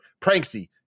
pranksy